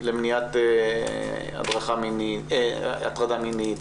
למניעת הטרדה מינית,